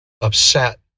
upset